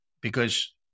because-